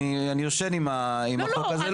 אני ישן עם החוק הזה,